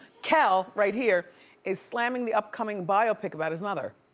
kel right here is slamming the upcoming biopic about his mother.